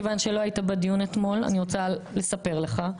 מכיוון שלא היית בדיון אתמול אני רוצה לספר לך,